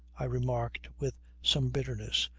i remarked with some bitterness.